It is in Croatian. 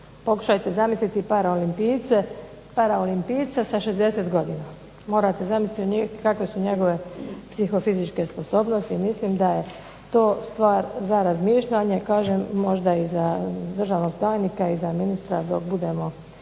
Pokušajte zamisliti paraolimpijce sa 60 godina. Morate zamisliti kakve su njegove psihofizičke sposobnosti. I mislim da je to stvar za razmišljanje, kažem možda i za državnog tajnika i za ministra dok budemo